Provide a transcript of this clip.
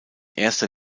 erster